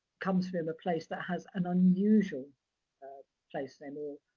comes from a place that has an unusual place name,